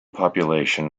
population